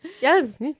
yes